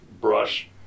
brush